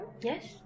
Yes